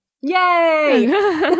Yay